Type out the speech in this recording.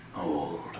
old